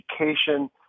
education